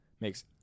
makes